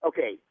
Okay